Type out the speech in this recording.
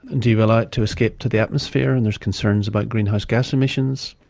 and do you allow it to escape to the atmosphere and there's concerns about greenhouse gas emissions,